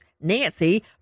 nancy